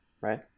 right